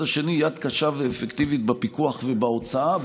השני יד קשה ואפקטיבית בפיקוח ובהוצאה,